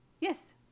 Yes